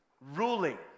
ruling